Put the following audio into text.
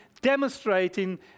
demonstrating